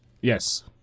Yes